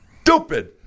stupid